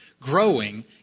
growing